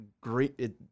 great